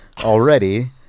already